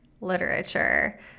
literature